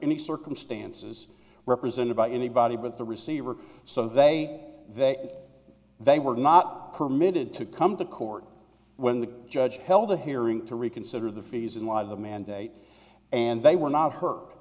any circumstances represented by anybody but the receiver so they that they were not permitted to come to court when the judge held a hearing to reconsider the fees in light of the mandate and they were not h